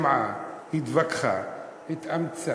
שמעה, התווכחה, התאמצה,